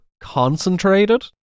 concentrated